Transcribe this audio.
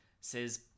says